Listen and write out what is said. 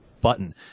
button